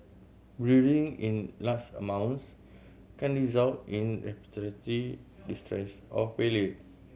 breathing in large amounts can result in respiratory distress or failure